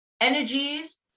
energies